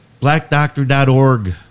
Blackdoctor.org